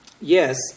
yes